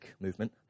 movement